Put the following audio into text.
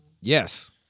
Yes